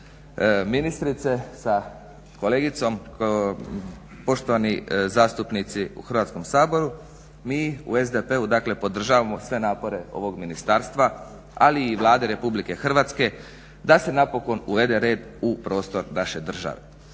ministrice sa kolegicom, poštovani zastupnici u Hrvatskom saboru. Mi u SDP-u, dakle podržavamo sve napore ovog ministarstva ali i Vlade Republike Hrvatske da se napokon uvede red u prostor naše države.